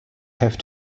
have